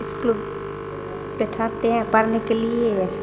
इसकुल पठाते हैं पढ़नेके लिए